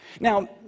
now